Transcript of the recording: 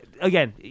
again